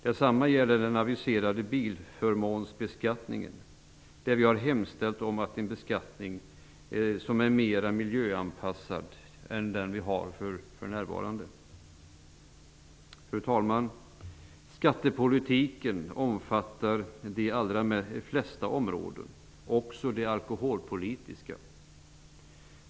Detsamma gäller den aviserade bilförmånsbeskattningen, där vi har hemställt om en beskattning som är mera miljöanpassad än den nuvarande. Fru talman! Skattepolitiken omfattar de allra flesta områden, också det alkoholpolitiska.